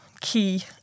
key